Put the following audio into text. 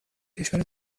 کشور